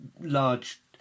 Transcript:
large